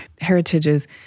heritages